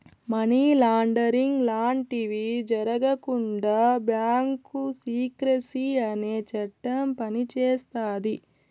money laundering లాంటివి జరగకుండా bank secrecy అనే చట్టం పనిచేస్తాది